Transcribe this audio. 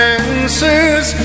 answers